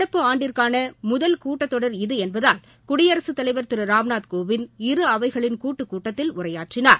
நடப்பு ஆண்டிற்கான முதல் கூட்டத் தொடர் இது என்பதால் குடியரசுத் தலைவர் திரு ராம்நாத் கோவிந்த் இரு அவைகளின் கூட்டு கூட்டத்தில் உரையாற்றினார்